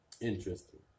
interesting